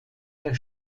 der